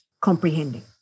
comprehending